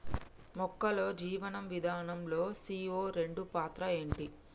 మొక్కల్లో జీవనం విధానం లో సీ.ఓ రెండు పాత్ర ఏంటి?